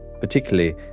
particularly